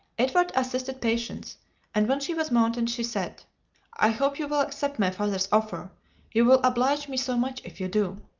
edward assisted patience and when she was mounted, she said i hope you will accept my father's offer you will oblige me so much if you do.